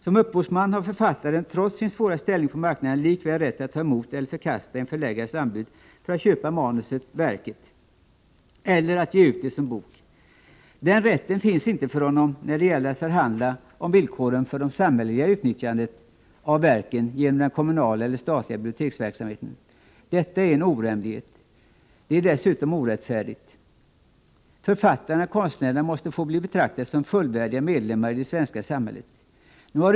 Som upphovsman har författaren trots sin svåra ställning på marknaden likväl rätt att ta emot eller förkasta en förläggares anbud för att köpa manuskriptet-verket och ge ut det som bok. Den rätten finns inte för honom när det gäller att förhandla om villkoren för det samhälleliga utnyttjandet av verket genom den kommunala och statliga biblioteksverksamheten. Detta är en orimlighet. Det är dessutom orättfärdigt. Författarna-konstnärerna måste bli betraktade som fullvärdiga medlemmar i det svenska samhället.